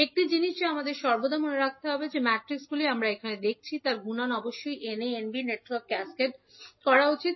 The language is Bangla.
একটি জিনিস যা আমাদের সর্বদা মনে রাখতে হবে যে ম্যাট্রিকগুলি আমরা এখানে দেখছি তার গুণন অবশ্যই N a এবং N B নেটওয়ার্কগুলিকে ক্যাসকেড করা উচিত